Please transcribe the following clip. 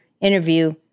interview